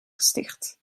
gesticht